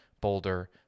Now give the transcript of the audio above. Boulder